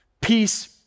peace